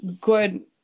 good